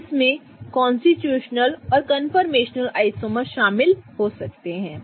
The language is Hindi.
तो इनमें कांस्टीट्यूशनल और कंफर्मेशनल आइसोमर्स शामिल हो सकते हैं